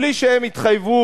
בלי שהם יתחייבו,